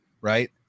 right